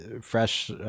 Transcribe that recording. fresh